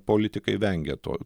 politikai vengia to